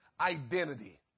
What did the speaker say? identity